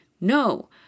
no